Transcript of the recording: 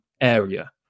area